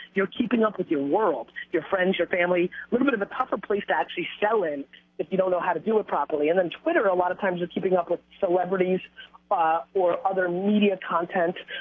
you're keeping up with your world, your friends, your family, a little bit of a proper place to actually sell in if you don't know how to do it properly. and then twitter, a lot of times you're keeping up with celebrities ah or other media content,